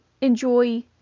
enjoy